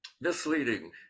misleading